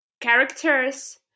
characters